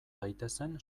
daitezen